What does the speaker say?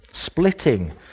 splitting